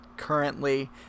Currently